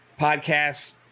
podcasts